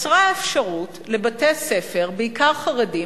נוצרה אפשרות לבתי-ספר בעיקר חרדיים,